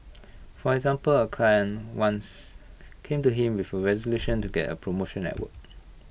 for example A client once came to him with A resolution to get A promotion at work